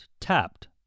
Tapped